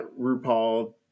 RuPaul